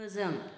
फोजों